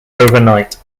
overnight